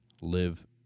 live